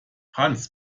hans